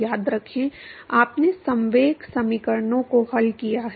याद रखें आपने संवेग समीकरणों को हल किया है